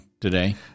today